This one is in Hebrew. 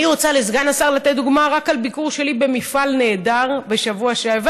אני רוצה לתת לסגן השר דוגמה מביקור שלי במפעל נהדר בשבוע שעבר,